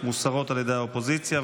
מוסרות על ידי האופוזיציה.